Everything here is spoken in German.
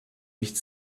mich